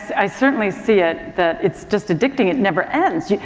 i certainly see it, the, it's just addicting. it never ends. you,